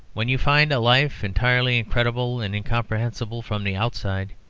when you find a life entirely incredible and incomprehensible from the outside,